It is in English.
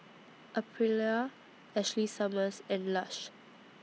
Aprilia Ashley Summers and Lush